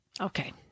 Okay